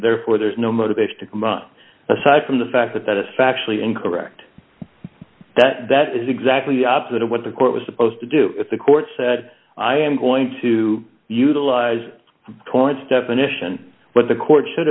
therefore there's no motivation to come aside from the fact that that is factually incorrect that that is exactly the opposite of what the court was supposed to do if the court said i am going to utilize toilets definition what the court should